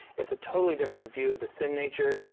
it is a totally different view of the sin nature.